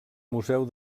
museu